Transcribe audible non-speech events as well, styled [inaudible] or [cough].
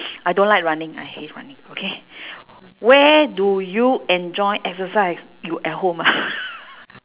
I don't like running I hate running okay where do you enjoy exercise you at home ah [laughs]